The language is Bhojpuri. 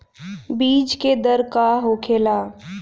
बीज के दर का होखेला?